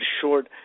short